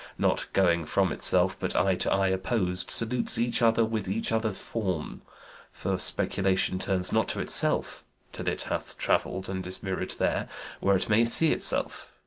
not going from itself but eye to eye opposed salutes each other with each other's form for speculation turns not to itself till it hath travell'd, and is mirror'd there where it may see itself.